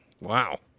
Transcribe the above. wow